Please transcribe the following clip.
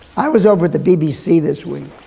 i was over at the bbc this week,